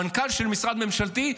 מנכ"ל של משרד ממשלתי,